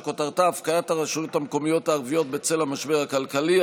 שכותרתה: הפקרת הרשויות המקומיות הערביות בצל המשבר הכלכלי,